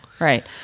Right